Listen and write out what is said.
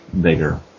bigger